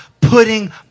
putting